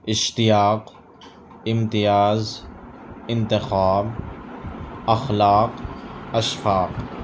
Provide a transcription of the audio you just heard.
Ishtiaq Imtiaz Intikhab Akhlaq Ashfaq